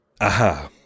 Aha